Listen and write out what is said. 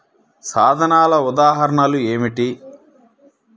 సాధనాల ఉదాహరణలు ఏమిటీ?